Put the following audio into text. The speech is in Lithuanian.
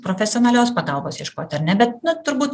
profesionalios pagalbos ieškoti ar ne bet nu turbūt